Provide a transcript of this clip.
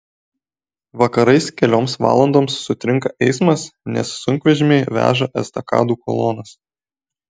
vakarais kelioms valandoms sutrinka eismas nes sunkvežimiai veža estakadų kolonas